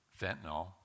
fentanyl